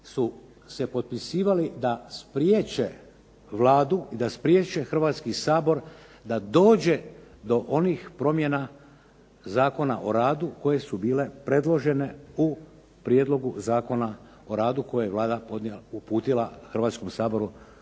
su se potpisivali da spriječe Vladu, da spriječe Hrvatski sabor da dođe do onih promjena Zakona o radu koje su bile predložene u Prijedlogu Zakona o radu koje je Vlada uputila Hrvatskom saboru